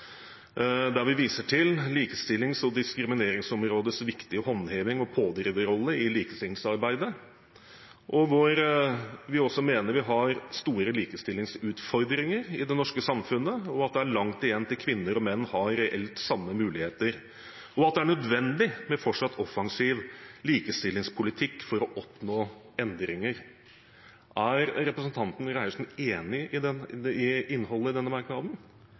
der vi viser til Likestillings- og diskrimineringsombudets viktige håndhevings- og pådriverrolle i likestillingsarbeidet, og hvor vi mener at vi har store likestillingsutfordringer i det norske samfunnet, at det er langt igjen til kvinner og menn har reelt samme muligheter, og at det er nødvendig med fortsatt offensiv likestillingspolitikk for å oppnå endringer. Er representanten Reiertsen enig i innholdet i denne merknaden?